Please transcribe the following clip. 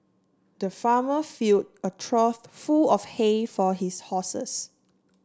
the farmer fill a trough full of hay for his horses